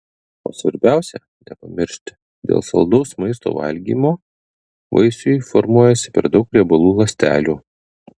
o svarbiausia nepamiršti dėl saldaus maisto valgymo vaisiui formuojasi per daug riebalų ląstelių